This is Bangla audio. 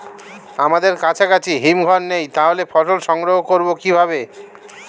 আমাদের কাছাকাছি হিমঘর নেই তাহলে ফসল সংগ্রহ করবো কিভাবে?